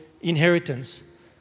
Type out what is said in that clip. inheritance